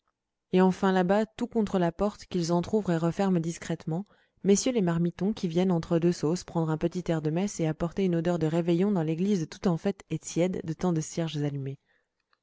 et enfin là-bas tout contre la porte qu'ils entr'ouvrent et referment discrètement messieurs les marmitons qui viennent entre deux sauces prendre un petit air de messe et apporter une odeur de réveillon dans l'église toute en fête et tiède de tant de cierges allumés